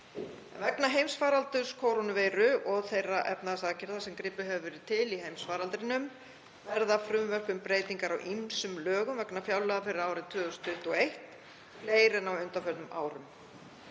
Vegna heimsfaraldurs kórónuveiru og þeirra efnahagsaðgerða sem gripið hefur verið til í heimsfaraldrinum verða frumvörp um breytingar á ýmsum lögum vegna fjárlaga fyrir árið 2021 fleiri en á undanförnum árum.